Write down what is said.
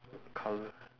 colour